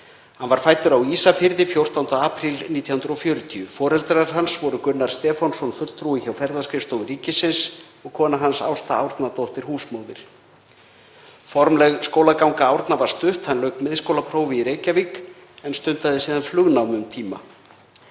Hann var fæddur á Ísafirði 14. apríl 1940. Foreldrar hans voru Gunnar Stefánsson, fulltrúi hjá Ferðaskrifstofu ríkisins, og kona hans, Ásta Árnadóttir húsmóðir. Formleg skólaganga Árna var stutt, hann lauk miðskólaprófi í Reykjavík, en stundaði síðan flugnám um tíma.